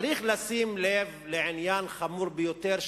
צריך לשים לב לעניין חמור ביותר,